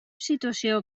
situació